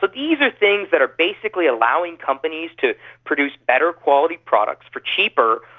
but these are things that are basically allowing companies to produce better quality products for cheaper,